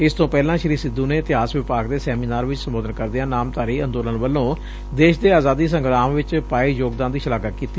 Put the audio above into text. ਇਸ ਤੋ ਪਹਿਲਾਂ ਸ੍ਰੀ ਸਿੱਧੂ ਨੇ ਇਤਿਹਾਸ ਵਿਭਾਗ ਦੇ ਸੈਮੀਨਾਰ ਚ ਸੰਬੋਧਨ ਕਰਦਿਆਂ ਨਾਮਧਾਰੀ ਅੰਦੋਲਨ ਵੱਲੋਂ ਦੇਸ਼ ਦੇ ਆਜ਼ਾਦੀ ਸੰਗਰਾਮ ਚ ਪਾਏ ਯੋਗਦਾਨ ਦੀ ਸ਼ਲਾਘਾ ਕੀਤੀ